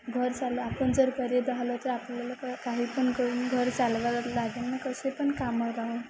घर चालू आपण जर करी झालं तर आपल्याला क काही पण करून घर चालवायला लागेल ना कसे पण कामं राहून